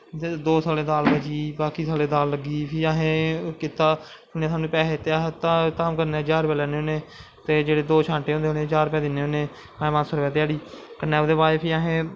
दो सगले दाल बची बाकी सगले दाल लग्गी फ्ही असैं कीता उनैं साह्ॅनू पैसे दित्ते अस धाम करने दा ज्हार रपेआ लैन्ने होने तो जेह्ॅड़े दो शांटे होंदे उनेंगी ज्हार रपेआ दिन्ने होने पंज पंज सौ रपेआ ध्याड़ी कन्नै फ्ही असैं